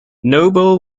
noble